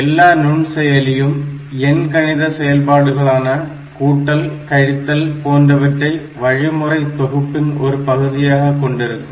எல்லா நுண்செயலியும் எண்கணித செயல்பாடுகளான கூட்டல் கழித்தல் போன்றவற்றை வழிமுறை தொகுப்பின் ஒரு பகுதியாக கொண்டிருக்கும்